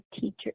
teacher